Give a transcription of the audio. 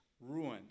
ruined